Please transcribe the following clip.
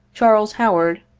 charles howard,